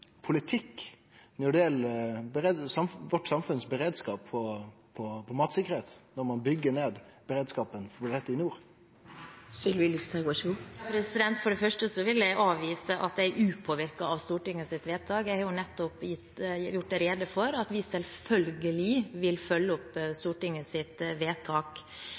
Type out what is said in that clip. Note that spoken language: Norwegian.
politikk når det gjeld beredskapen for matsikkerheit i samfunnet vårt, når ein byggjer ned beredskapen for dette i nord? For det første vil jeg avvise at jeg er upåvirket av Stortingets vedtak. Jeg har jo nettopp gjort rede for at vi selvfølgelig vil følge opp Stortingets vedtak.